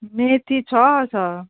मेथी छ छ